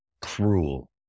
cruel